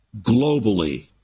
globally